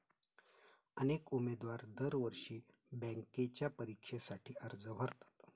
अनेक उमेदवार दरवर्षी बँकेच्या परीक्षेसाठी अर्ज भरतात